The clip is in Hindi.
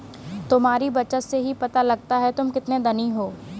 तुम्हारी बचत से ही पता लगता है तुम कितने धनी हो